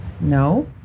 No